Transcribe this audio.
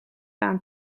aan